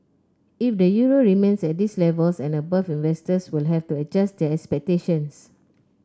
if the euro remains at these levels and above investors will have to adjust their expectations